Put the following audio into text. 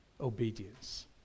obedience